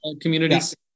communities